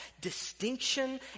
distinction